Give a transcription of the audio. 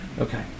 Okay